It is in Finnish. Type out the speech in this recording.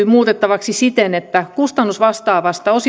muutettavaksi siten että kustannusvastaavasta